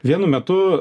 vienu metu